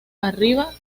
arriba